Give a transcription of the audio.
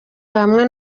hamwe